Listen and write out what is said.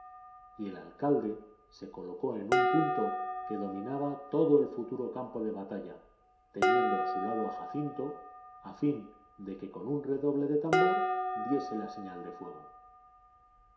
y el alcalde se colocó en un punto que dominaba todo el futuro campo de batalla teniendo a su lado a jacinto a fin de que con un redoble de tambor diese la señal de fuego